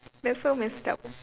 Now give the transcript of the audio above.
that's so messed up